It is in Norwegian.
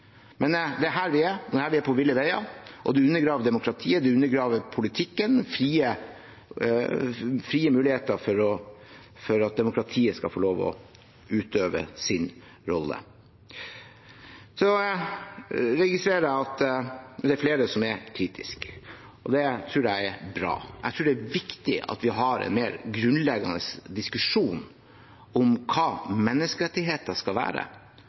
Men det er her vi er, det er her vi er på ville veier, og det undergraver demokratiet. Det undergraver politikken og de frie muligheter for at demokratiet skal få lov å utøve sin rolle. Jeg registrerer at det er flere som er kritiske, og det tror jeg er bra. Jeg tror det er viktig at vi har en mer grunnleggende diskusjon om hva menneskerettigheter skal være,